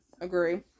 Agree